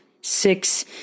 six